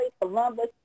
Columbus